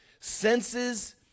senses